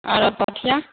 आरो पोठिआ